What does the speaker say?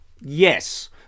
Yes